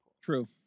true